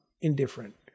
indifferent